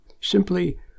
Simply